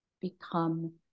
become